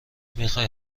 میخای